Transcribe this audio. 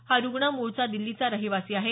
हा रूग्ण मूळचा दिल्लीचा रहिवासी आहे